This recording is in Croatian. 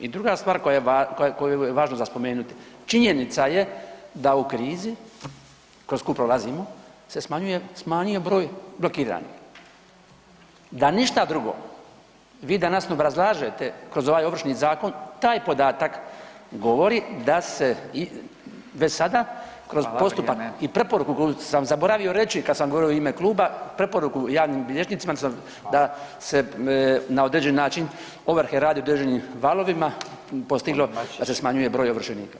I druga stvar koju je važno za spomenuti, činjenica je da u krizi kroz koju prolazimo se smanjuje, se smanjio broj blokiranih, da ništa drugo vi danas ne obrazlažete kroz ovaj Ovršni zakon taj podatak govori da se već sada kroz postupak i preporuku koju sam zaboravio reći kada sam govorio u ime kluba, preporuku javnim bilježnicima da se na određeni način ovrhe rade u određenim valovima postiglo da se smanjuje broj ovršenika.